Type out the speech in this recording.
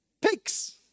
Pigs